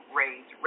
raise